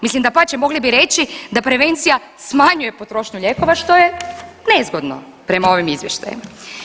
Mislim, dapače mogli bi reći da prevencija smanjuje potrošnju lijekova što je nezgodno prema ovim izvještajima.